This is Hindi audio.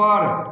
ऊपर